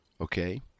okay